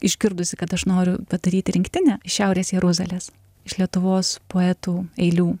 išgirdusi kad aš noriu padaryti rinktinę šiaurės jeruzalės iš lietuvos poetų eilių